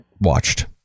watched